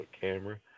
camera